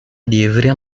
livre